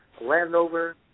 Landover